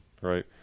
right